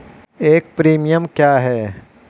एक प्रीमियम क्या है?